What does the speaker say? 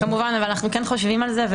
כמובן, אבל אנחנו כן חושבים על זה.